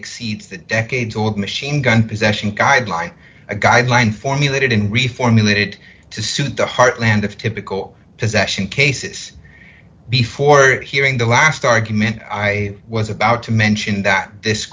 exceeds the decades old machine gun possession guideline a guideline formulated in reformulated to suit the heartland of typical possession cases before hearing the last argument i was about to mention that this